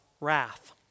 wrath